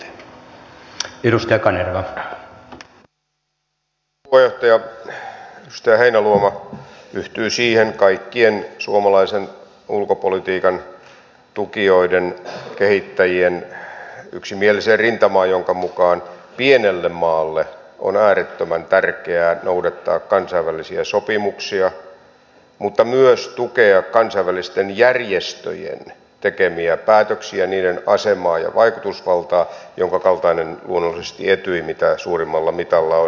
edustaja heinäluoma yhtyi siihen kaikkien suomalaisen ulkopolitiikan tukijoiden kehittäjien yksimieliseen rintamaan jonka mukaan pienelle maalle on äärettömän tärkeää noudattaa kansainvälisiä sopimuksia mutta myös tukea kansainvälisten järjestöjen tekemiä päätöksiä niiden asemaa ja vaikutusvaltaa jonka kaltainen luonnollisesti etyj mitä suurimmalla mitalla on